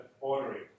ordering